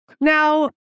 Now